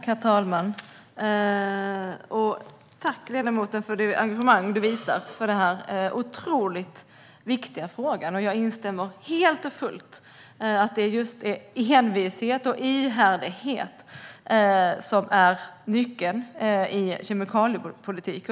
Herr talman! Tack, ledamoten, för det engagemang du visar för denna otroligt viktiga fråga! Jag instämmer helt och fullt i att det är just envishet och ihärdighet som är nyckeln i kemikaliepolitik.